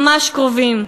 ממש קרובים.